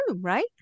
right